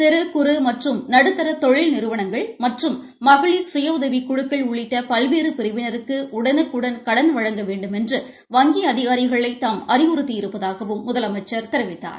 சிறு குறு மற்றும் நடுத்தர தொழில் நிறுவனங்கள் மற்றும் மகளிர் சுய உதவிக் குழுக்கள் உள்ளிட்ட பல்வேறு பிரிவினருக்கு உடலுக்குடன் கடன் வழங்க வேண்டுமென்று வங்கி அதிகாரிகளை தாம் அறிவுறுத்தியிருப்பதாகவும் முதலமைச்சர் தெரிவித்தார்